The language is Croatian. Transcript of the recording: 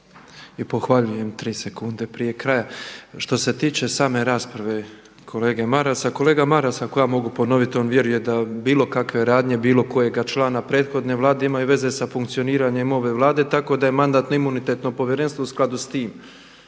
I pohvaljujem tri sekunde prije kraja. Što se tiče same rasprave kolege Marasa, kolega Maras ako ja mogu ponoviti, on vjeruje da bilo kakve radnje bilo kojega člana prethodne Vlade imaju veze sa funkcioniranjem ove Vlade tako da je Mandatno-imunitetno povjerenstvo u skladu s tim